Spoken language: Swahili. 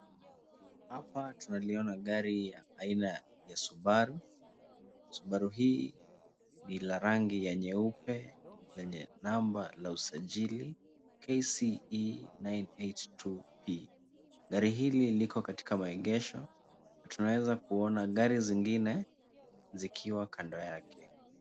Hapa tunaliona gari ya aina ya Subaru. Subaru hii ni ya rangi ya nyeupe lenye namba la usajili KCE 982P. Gari hili liko katika maegesho na tunaweza kuna gari zingine zikiwa kando yake.